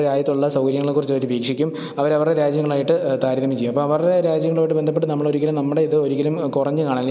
നമ്മുടെ രാജ്യത്തുള്ള സൗകര്യങ്ങളെക്കുറിച്ച് അവർ വീക്ഷിക്കും അവർ അവരുടെ രാജ്യങ്ങളായിട്ട് താരതമ്യം ചെയ്യും അപ്പോൾ അവരുടെ രാജ്യങ്ങളുമായിട്ട് ബന്ധപ്പെട്ട് നമ്മളൊരിക്കലും നമ്മുടെ ഇത് ഒരിക്കലും കുറഞ്ഞ് കാണാൻ അല്ലെങ്കിൽ